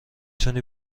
تونی